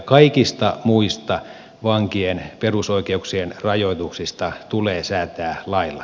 kaikista muista vankien perusoikeuksien rajoituksista tulee säätää lailla